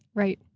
right.